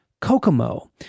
Kokomo